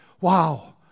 wow